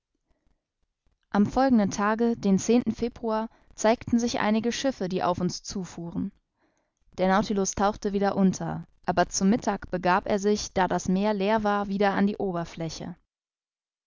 am folgenden tage den februar zeigten sich einige schiffe die auf uns zu fuhren der nautilus tauchte wieder unter aber zu mittag begab er sich da das meer leer war wieder an die oberfläche